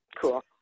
Cool